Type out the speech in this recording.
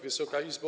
Wysoka Izbo!